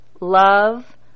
love